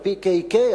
ה-PKK,